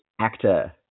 Actor